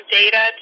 data